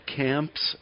camps